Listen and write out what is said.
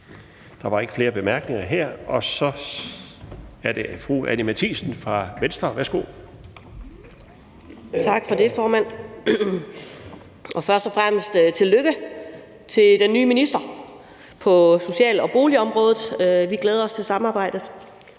fra Venstre. Værsgo. Kl. 15:52 (Ordfører) Anni Matthiesen (V): Tak for det, formand, og først og fremmest tillykke til den nye minister på social- og boligområdet. Vi glæder os til samarbejdet.